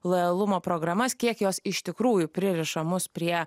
lojalumo programas kiek jos iš tikrųjų pririša mus prie